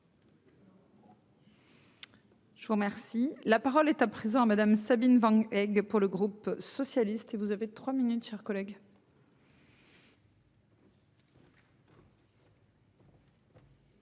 Je vous remercie. La parole est à présent madame Sabine et que pour le groupe socialiste et vous avez 3 minutes, chers collègues.